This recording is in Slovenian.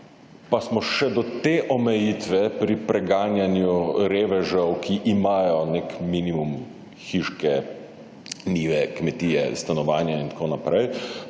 Pa smo še do te omejitve pri preganjanju revežev, ki imajo nek minimum hiške, njive, kmetije, stanovanja in tako naprej,